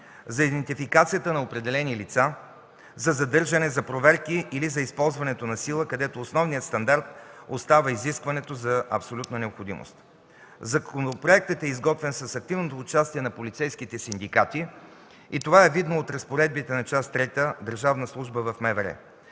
за идентификацията на определени лица, за задържане, за проверки или за използването на сила, където основният стандарт остава изискването за абсолютна необходимост. Законопроектът е изготвен с активното участие на полицейските синдикати и това е видно от разпоредбите на Част трета „Държавна служба в МВР”.